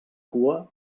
cua